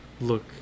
look